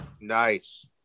Nice